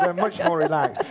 um much more relaxed.